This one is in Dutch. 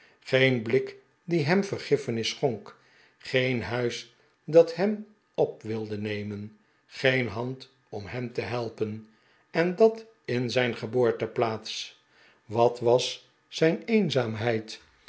geen blik die hem vergiffenis schonk geen huis dat hem op wilde nemen geen hand om hem te helpen en dat in zijn geboorteplaats wat was zijn eenzaamheid